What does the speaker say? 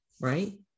right